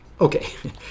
Okay